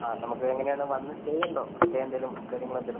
ആ നമുക്ക് എങ്ങനെയാണ് വന്ന് സ്റ്റേ ഉണ്ടോ സ്റ്റേ എന്തെങ്കിലും കാര്യങ്ങൾ എന്തെങ്കിലും